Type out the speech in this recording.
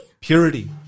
Purity